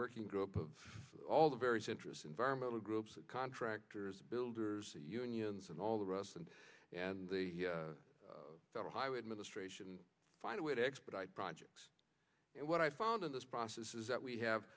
working group of all the various interests environmental groups contractors builders unions and all the rest and the federal highway administration find a way to expedite projects and what i found in this process is that we have